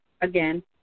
again